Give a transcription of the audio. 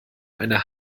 eine